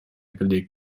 gelegt